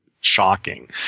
shocking